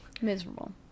Miserable